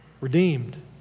redeemed